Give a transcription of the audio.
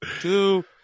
two